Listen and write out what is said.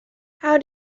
how